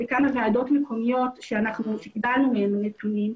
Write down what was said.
לכמה ועדות מקומיות שאנחנו קיבלנו מהן נתונים,